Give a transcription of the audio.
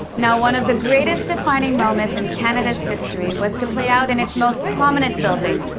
now, one of the greatest defining moments in canada's history was to play out, in its most prominent building,